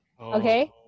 Okay